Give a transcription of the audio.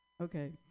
Okay